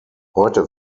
heute